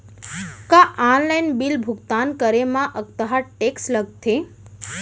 का online bill भुगतान करे मा अक्तहा टेक्स लगथे?